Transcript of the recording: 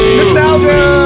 Nostalgia